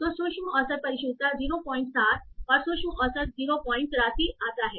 तो सूक्ष्म औसत परिशुद्धता 07 और सूक्ष्म औसत 083 आता है